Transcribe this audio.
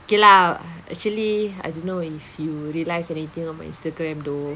okay lah actually I don't know if you realise anything on my Instagram though